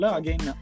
again